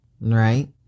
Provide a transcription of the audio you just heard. Right